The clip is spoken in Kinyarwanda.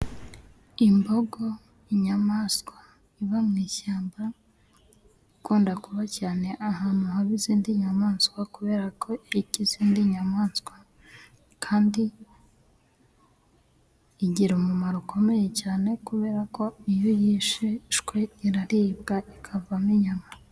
Imbogo inyamaswa iba mu ishyamba ikunda kuba cyane ahantu haba izindi nyamaswa kubera ko irya izindi nyamaswa, kandi igira umumaro ukomeye cyane kubera ko iyo yishwe iraribwa ikavamo inyama.